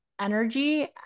energy